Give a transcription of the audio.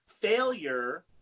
Failure